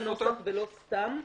היא לא מופיעה בנוסח ולא סתם.